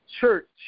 church